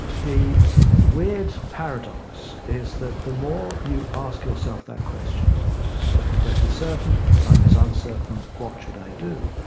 the weird paradox is that the more you ask yourself that question death is certain its time is uncertain what should i do?